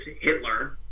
Hitler